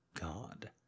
God